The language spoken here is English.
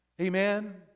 Amen